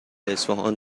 اصفهان